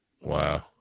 Wow